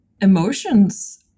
emotions